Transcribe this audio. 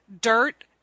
dirt